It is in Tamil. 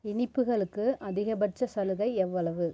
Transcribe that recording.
இனிப்புகளுக்கு அதிகபட்ச சலுகை எவ்வளவு